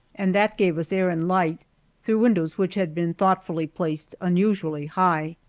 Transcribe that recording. and that gave us air and light through windows which had been thoughtfully placed unusually high.